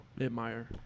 admire